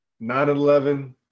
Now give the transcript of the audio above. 9-11